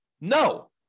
No